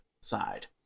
side